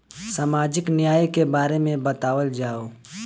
सामाजिक न्याय के बारे में बतावल जाव?